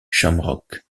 shamrock